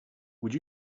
would